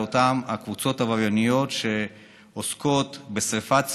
אותן קבוצות עבריינות שעוסקות בשרפת ציוד,